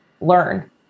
learn